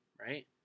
right